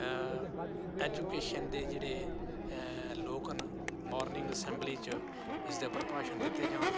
education दे जेह्ड़े लोग न मार्निंग असैंबली च इसदे उप्पर भाशन दित्ते जान